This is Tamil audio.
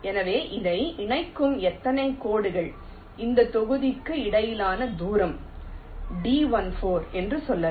எனவே இதை இணைக்கும் எத்தனை கோடுகள் இந்த தொகுதிகளுக்கு இடையிலான தூரம் d14 என்று சொல்லலாம்